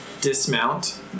dismount